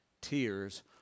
Tears